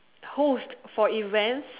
host for events